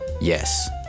Yes